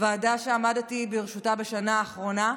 ועדה שעמדתי בראשותה בשנה האחרונה,